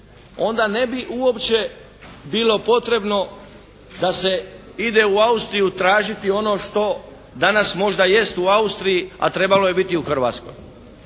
onda ne bi uopće bilo potrebno da se ide u Austriju tražiti ono što danas možda jest u Austriji a trebalo je biti u Hrvatskoj.